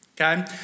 Okay